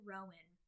Rowan